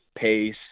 pace